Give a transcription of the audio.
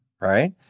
right